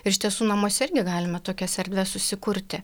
ir iš tiesų namuose irgi galima tokias erdves susikurti